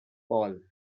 paul